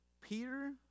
Peter